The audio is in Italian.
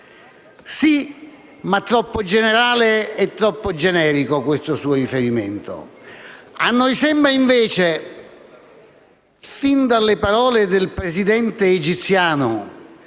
Sì, ma è troppo generale e troppo generico questo suo riferimento. A noi sembra invece, fin dalle parole del Presidente egiziano